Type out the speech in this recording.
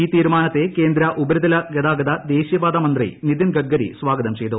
ഈ തീരുമാനത്തെ കേന്ദ്ര ഉപരിതല ഗതാഗത ദേശീയപാത മന്ത്രി നിതിൻ ഗഡ്കരി സ്വാഗതം ചെയ്തു